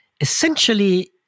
essentially